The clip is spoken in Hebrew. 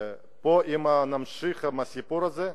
אם נמשיך עם הסיפור הזה,